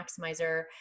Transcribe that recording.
maximizer